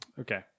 Okay